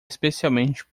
especialmente